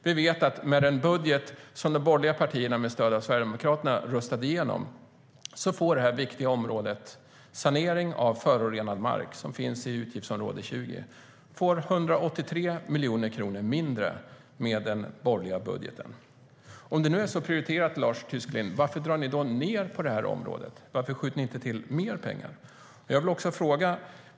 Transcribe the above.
Vi vet att med den budget som de borgerliga partierna med stöd av Sverigedemokraterna röstade igenom får detta viktiga område, sanering av förorenad mark, som finns i utgiftsområde 20, 183 miljoner kronor mindre med den borgerliga budgeten. Om området är så prioriterat, Lars Tysklind, varför drar ni ned på området? Varför skjuter ni inte till mer pengar?